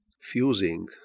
Fusing